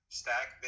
stack